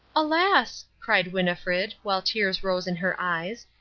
alas, cried winnifred, while tears rose in her eyes,